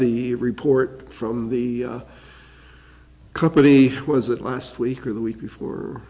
the report from the company it was it last week or the week before